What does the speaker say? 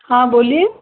हाँ बोलिए